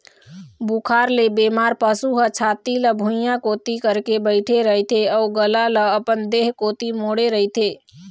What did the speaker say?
बुखार ले बेमार पशु ह छाती ल भुइंया कोती करके बइठे रहिथे अउ गला ल अपन देह कोती मोड़े रहिथे